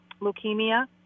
leukemia